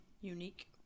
Unique